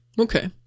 Okay